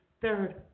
third